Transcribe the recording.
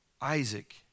Isaac